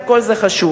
וכל זה חשוב,